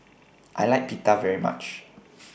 I like Pita very much